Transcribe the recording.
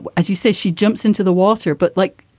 as you said, she jumps into the water. but like,